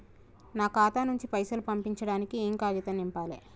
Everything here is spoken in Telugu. నా ఖాతా నుంచి పైసలు పంపించడానికి ఏ కాగితం నింపాలే?